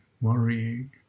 worrying